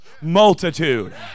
multitude